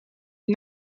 une